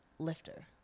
lifter